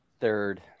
Third